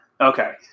Okay